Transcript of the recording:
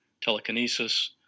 telekinesis